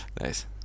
Nice